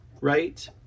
right